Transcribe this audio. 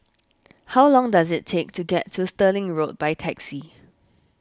how long does it take to get to Stirling Road by taxi